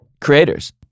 creators